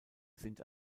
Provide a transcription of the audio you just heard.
sind